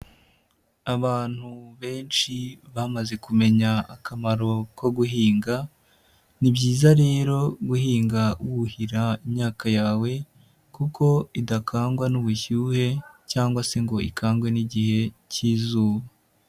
Abantu benshi bamaze kumenya akamaro ko guhinga, ni byiza rero guhinga wuhira imyaka yawe kuko idakangwa n'ubushyuhe cyangwa se ngo ikangwe n'igihe cy'izuba.